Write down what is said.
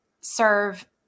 serve